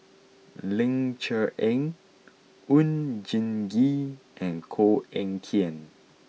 Ling Cher Eng Oon Jin Gee and Koh Eng Kian